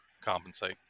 compensate